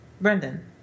Brendan